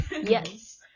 Yes